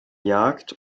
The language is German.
jagd